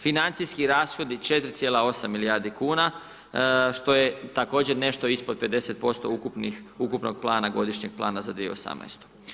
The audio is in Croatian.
Financijski rashodi 4,8 milijardi kuna što je također nešto ispod 50% ukupnog plana, godišnjeg plana za 2018.